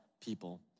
people